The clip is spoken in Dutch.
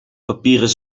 papieren